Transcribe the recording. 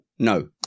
No